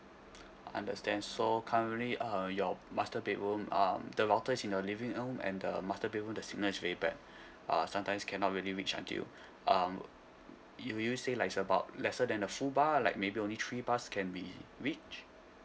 understand so currently uh your master bedroom um the router is in your living room and the master bedroom the signal is very bad ah sometimes cannot really reach until um will you say like is about lesser than a full bar like maybe only three bars can be reached